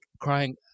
crying